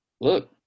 Look